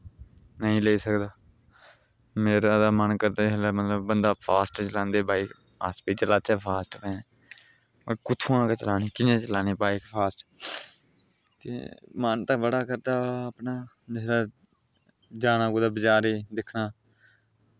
नेईं लेई सकदा मेरा दा मन करदा जिसलै मतलव फास्ट चलांदे बाईक अस बी चलाचै फास्ट कुत्थुआं गै चलानी कियां चलानी बाईक फास्ट ते मन ता बड़ा करदा अपना जिसलै जाना कुदै बजारे दिक्खना